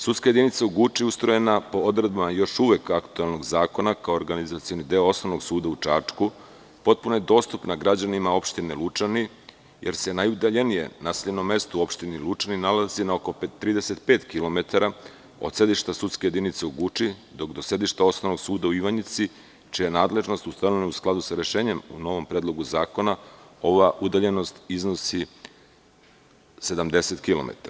Sudska jedinica u Guči je ustrojena po odredbama još uvek aktuelnog zakona kao organizacioni deo Osnovnog suda u Čačku, potpuno je dostupna građanima opštine Lučani, jer se najudaljenije naseljeno mesto u opštini Lučani nalazi na oko 35 kilometara od sedišta sudske jedinice u Guči, dok do sedišta Osnovnog suda u Ivanjici, čija je nadležnost ustanovljena u skladu sa rešenjem u novom Predlogu zakona, ova udaljenost iznosi 70 kilometara.